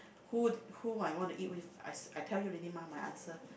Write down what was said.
who who I want to eat with I I tell you already mah my answer